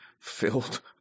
filled